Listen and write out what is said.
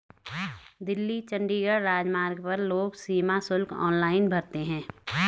दिल्ली चंडीगढ़ राजमार्ग पर लोग सीमा शुल्क ऑनलाइन भरते हैं